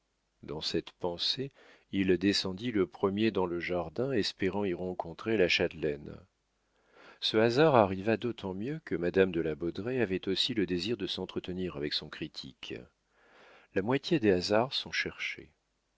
dans cette pensée il descendit le premier dans le jardin espérant y rencontrer la châtelaine ce hasard arriva d'autant mieux que madame de la baudraye avait aussi le désir de s'entretenir avec son critique la moitié des hasards sont cherchés